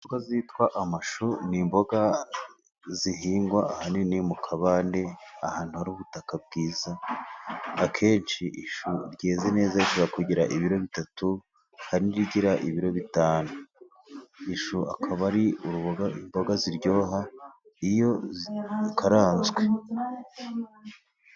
Imboga zitwa amashu ni imboga zihingwa ahantu hanini mu kabande, ahantu hari ubutaka bwiza. Akenshi ishu ryeze neza rigira ibiro bitatu hari n'irigira ibiro bitanu, ishu akaba ari uruboga imboga ziryoha iyo zikaranzwe.